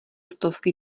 stovky